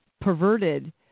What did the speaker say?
perverted